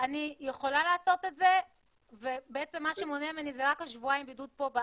אני יכולה לעשות את זה ומה שמונע ממני זה רק השבועיים בידוד פה,